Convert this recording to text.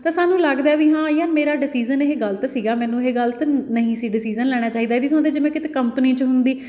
ਤਾਂ ਸਾਨੂੰ ਲੱਗਦਾ ਵੀ ਹਾਂ ਯਾਰ ਮੇਰਾ ਡਸੀਜ਼ਨ ਇਹ ਗਲਤ ਸੀਗਾ ਮੈਨੂੰ ਇਹ ਗਲਤ ਨਹੀਂ ਸੀ ਡਸੀਜ਼ਨ ਲੈਣਾ ਚਾਹੀਦਾ ਇਹਦੀ ਥੋਂ 'ਤੇ ਜੇ ਮੈਂ ਕਿਤੇ ਕੰਪਨੀ 'ਚ ਹੁੰਦੀ